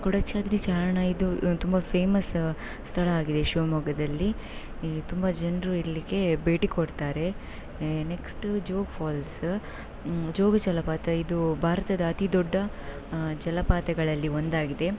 ಕೊಡಚಾದ್ರಿ ಚಾರಣ ಇದು ತುಂಬ ಫೇಮಸ ಸ್ಥಳ ಆಗಿದೆ ಶಿವಮೊಗ್ಗದಲ್ಲಿ ತುಂಬ ಜನರು ಇಲ್ಲಿಗೆ ಭೇಟಿ ಕೊಡ್ತಾರೆ ನೆಕ್ಸ್ಟು ಜೋಗ ಫಾಲ್ಸ ಜೋಗ ಜಲಪಾತ ಇದು ಭಾರತದ ಅತಿ ದೊಡ್ಡ ಜಲಪಾತಗಳಲ್ಲಿ ಒಂದಾಗಿದೆ